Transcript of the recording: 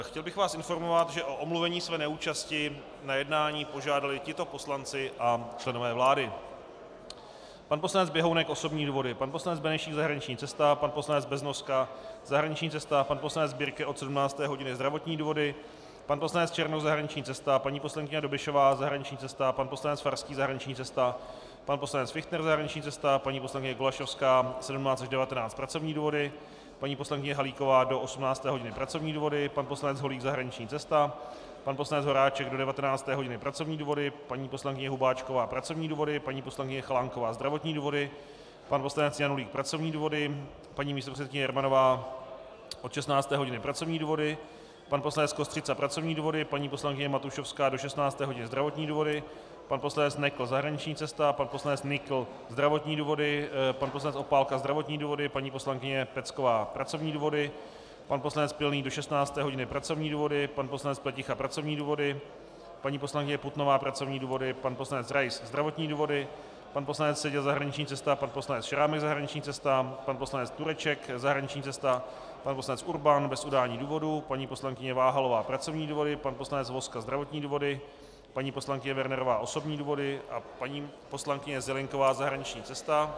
Chtěl bych vás informovat, že o omluvení své neúčasti na jednání požádali tito poslanci a členové vlády: pan poslanec Běhounek osobní důvody, pan poslanec Benešík zahraniční cesta, pan poslanec Beznoska zahraniční cesta, pan poslanec Birke od 17. hodiny zdravotní důvody, pan poslanec Černoch zahraniční cesta, paní poslankyně Dobešová zahraniční cesta, pan poslanec Farský zahraniční cesta, pan poslanec Fichtner zahraniční cesta, paní poslankyně Golasowská 17 až 19 pracovní důvody, paní poslankyně Halíková do 18. hodiny pracovní důvody, pan poslanec Holík zahraniční cesta, pan poslanec Horáček do 19. hodiny pracovní důvody, paní poslankyně Hubáčková pracovní důvody, paní poslankyně Chalánková zdravotní důvody, pan poslanec Janulík pracovní důvody, paní místopředsedkyně Jermanová od 16. hodiny pracovní důvody, pan poslanec Kostřica pracovní důvody, paní poslankyně Matušovská do 16. hodiny zdravotní důvody, pan poslanec Nekl zahraniční cesta, pan poslanec Nykl zdravotní důvody, pan poslanec Opálka zdravotní důvody, paní poslankyně Pecková pracovní důvody, pan poslanec Pilný do 16. hodiny pracovní důvody, pan poslanec Pleticha pracovní důvody, paní poslankyně Putnová pracovní důvody, pan poslanec Rais zdravotní důvody, pan poslanec Seďa zahraniční cesta, pan poslanec Šrámek zahraniční cesta, pan poslanec Tureček zahraniční cesta, pan poslanec Urban bez udání důvodu, paní poslankyně Váhalová pracovní důvody, pan poslanec Vozka zdravotní důvody, paní poslankyně Wernerová osobní důvody a paní poslankyně Zelienková zahraniční cesta.